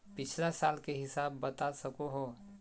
पिछला साल के हिसाब बता सको हो?